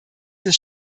des